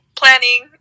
planning